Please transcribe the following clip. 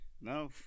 No